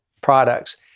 products